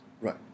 Right